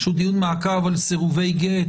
שהוא דיון מעקב על סירובי גט,